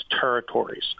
territories